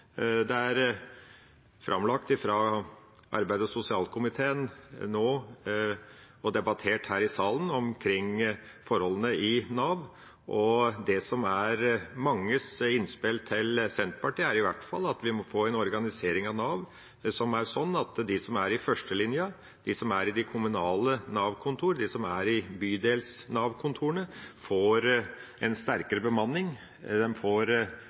Det er framlagt av arbeids- og sosialkomiteen nå og debattert her i salen omkring forholdene i Nav, og det som er manges innspill til Senterpartiet, er i hvert fall at vi må få en organisering av Nav som er slik at de som er i førstelinja, i de kommunale Nav-kontor og i bydels-Nav-kontorene, får sterkere bemanning, at de